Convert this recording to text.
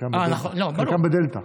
חלקם בדלתא.